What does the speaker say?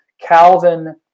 Calvin